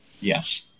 Yes